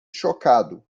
chocado